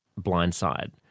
blindside